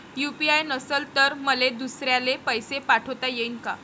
UPI नसल तर मले दुसऱ्याले पैसे पाठोता येईन का?